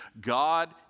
God